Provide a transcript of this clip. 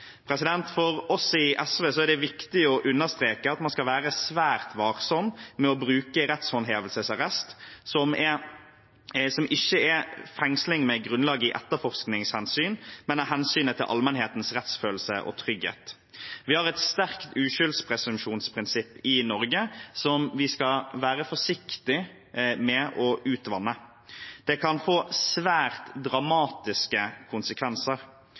For oss i SV er det viktig å understreke at man skal være svært varsom med å bruke rettshåndhevelsesarrest som ikke er fengsling med grunnlag i etterforskningshensyn, men av hensynet til allmennhetens rettsfølelse og trygghet. Vi har et sterkt uskyldspresumpsjonsprinsipp i Norge som vi skal være forsiktig med å utvanne. Det kan få svært dramatiske konsekvenser.